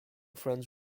friends